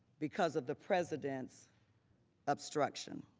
because of the presidents obstruction.